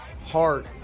heart